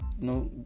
no